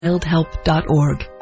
Childhelp.org